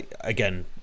again